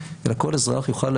אלא כל אזרח,